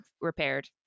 repaired